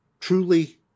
truly